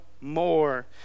more